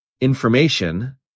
information